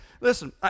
listen